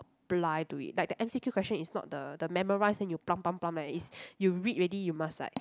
apply to it like the M_C_Q question is not the the memorise then you plum pump plum eh is you read already you must like